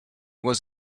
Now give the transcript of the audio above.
was